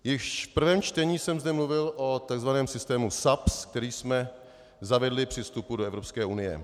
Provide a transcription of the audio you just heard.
Již v prvním čtení jsem zde mluvil o tzv. systému SAPS, který jsme zavedli při vstupu do Evropské unie.